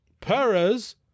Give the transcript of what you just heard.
Perez